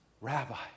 Rabbi